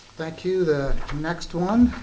thank you. the next one,